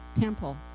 temple